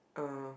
uh